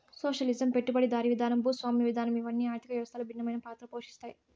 socialism పెట్టుబడిదారీ విధానం భూస్వామ్య విధానం ఇవన్ని ఆర్థిక వ్యవస్థలో భిన్నమైన పాత్ర పోషిత్తాయి